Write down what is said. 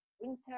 winter